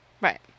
Right